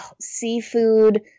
seafood